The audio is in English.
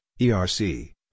ERC